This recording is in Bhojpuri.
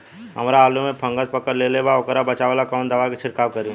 हमरा आलू में फंगस पकड़ लेले बा वोकरा बचाव ला कवन दावा के छिरकाव करी?